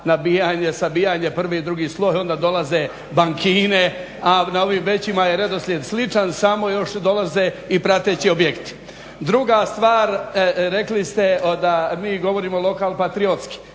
nabijanje, sabijanje, prvi, drugi sloj, onda dolaze bankine, a na ovim većima je redoslijed sličan samo još dolaze i prateći objekti. Druga stvar rekli ste da mi govorimo lokal patriotski.